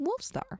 Wolfstar